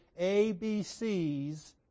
ABCs